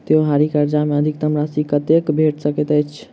त्योहारी कर्जा मे अधिकतम राशि कत्ते भेट सकय छई?